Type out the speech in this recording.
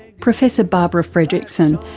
professor barbara fredrickson,